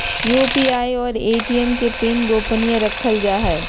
UPI और ATM के PIN गोपनीय रखल जा हइ